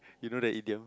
you know that idiom